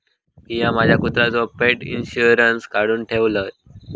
मिया माझ्या कुत्र्याचो पेट इंशुरन्स काढुन ठेवलय